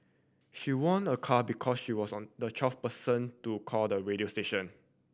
she won a car because she was on the twelfth person to call the radio station